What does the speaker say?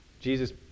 Jesus